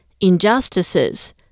injustices